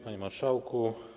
Panie Marszałku!